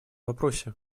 вопросе